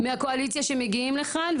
מהקואליציה שמגיעים לכאן,